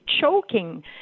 choking